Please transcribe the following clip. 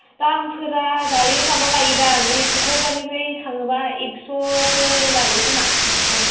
दामफोरा दायो माबा लायो दां बे ओइ क'क्राझारनिफ्राय थाङोब्ला एक्स'फोर लायो खोमा एक्स'